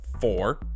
four